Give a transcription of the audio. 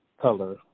color